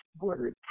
word